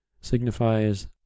Signifies